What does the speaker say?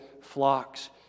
flocks